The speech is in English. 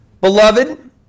Beloved